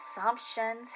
assumptions